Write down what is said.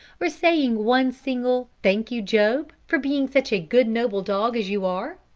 or saying one single thank you, job for being such a good noble dog as you are?